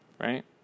right